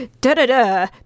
da-da-da